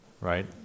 right